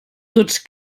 tots